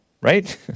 Right